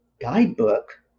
guidebook